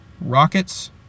rockets